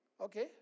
okay